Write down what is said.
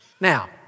Now